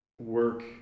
work